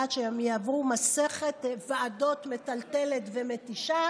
שהם יעברו מסכת ועדות מטלטלת ומתישה.